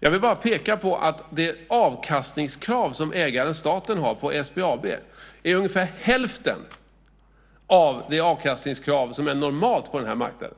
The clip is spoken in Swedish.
Jag vill bara peka på att det avkastningskrav som ägaren staten har på SBAB är ungefär hälften av det avkastningskrav som är normalt på den här marknaden.